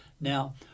Now